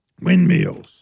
Windmills